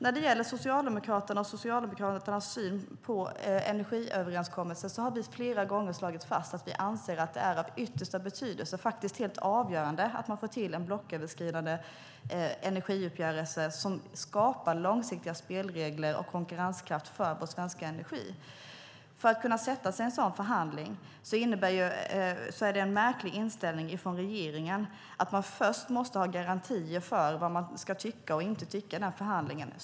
När det gäller Socialdemokraterna och vår syn på energiöverenskommelsen har vi flera gånger slagit fast att vi anser att det är av yttersta betydelse, faktiskt helt avgörande, att man får till en blocköverskridande energiuppgörelse som skapar långsiktiga spelregler och konkurrenskraft för vår svenska energi. Det är en märklig inställning från regeringen att för att kunna sätta sig i en sådan förhandling måste det först finnas garantier för vad man ska tycka och inte tycka.